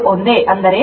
7o ಆಗಿವೆ